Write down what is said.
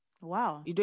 Wow